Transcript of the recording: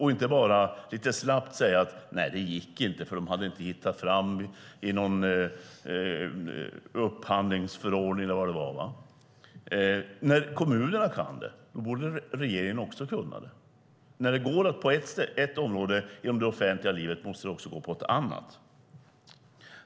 Varför bara lite slappt säga att det inte gick för att de inte hade hittat fram till någon upphandlingsförordning eller vad det var? När kommunerna kan borde väl också regeringen kunna. När det går på ett område i det offentliga livet måste det också gå på ett annat.